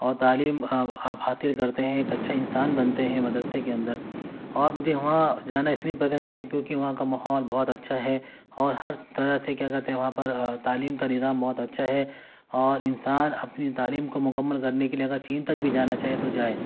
اور تعلیم آپ حاصل کرتے ہیں ایک اچھا انسان بنتے ہیں مدرسے کے اندر اور مجھے وہاں جانا اس لیے پسند ہے کیونکہ وہاں کا ماحول بہت اچھا ہے اور ہر طرح سے کیا کہتے ہیں وہاں پر تعلیم کا نظام بہت اچھا ہے اور انسان اپنی تعلیم کو مکمل کرنے کے لیے اگر چین تک بھی جانا چاہے تو جائے